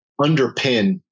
underpin